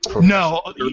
No